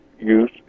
use